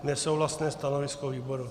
Nesouhlasné stanovisko výboru.